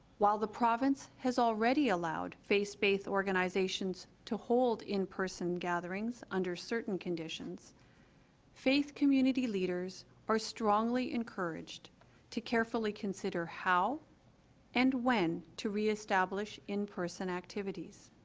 while the province has already allowed face bathe organizations to hold in-person gatherings under certain conditions faith community leaders are strongly encouraged to carefully consider how and when to reestablish in-person activities